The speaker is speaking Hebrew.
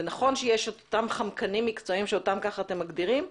נכון שיש אותם חמקנים מקצועיים שכך אתם מגדירים אותן,